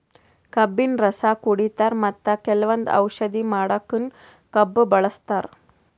ಕಬ್ಬಿನ್ ರಸ ಕುಡಿತಾರ್ ಮತ್ತ್ ಕೆಲವಂದ್ ಔಷಧಿ ಮಾಡಕ್ಕನು ಕಬ್ಬ್ ಬಳಸ್ತಾರ್